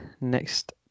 next